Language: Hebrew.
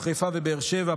חיפה ובאר שבע,